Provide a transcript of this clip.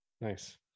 Nice